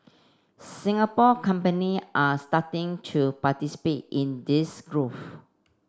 Singapore company are starting to participate in this growth